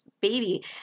baby